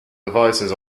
devices